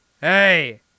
Hey